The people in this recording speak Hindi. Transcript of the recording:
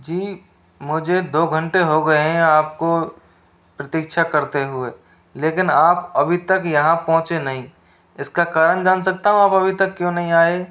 जी मुझे दो घंटे हो गए हैं आपको प्रतीक्षा करते हुए लेकिन आप अभी तक यहाँ पहुंचे नहीं इसका कारण जान सकता हूँ आप अभी तक क्यों नहीं आए